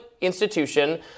institution